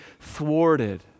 thwarted